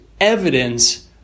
evidence